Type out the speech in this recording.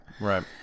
Right